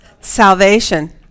Salvation